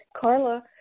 Carla